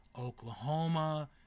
Oklahoma